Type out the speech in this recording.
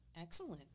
Excellent